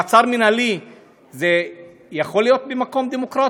מעצר מינהלי יכול להיות במקום דמוקרטי?